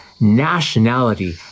Nationality